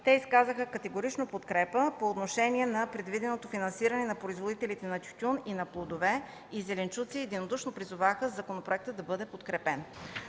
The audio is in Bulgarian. Те изказаха категорична подкрепа по отношение на предвиденото финансиране на производителите на тютюн и на плодове и зеленчуци, и единодушно призоваха законопроектът да бъде подкрепен.